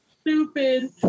stupid